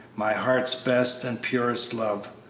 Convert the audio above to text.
my heart's best and purest love.